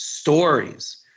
Stories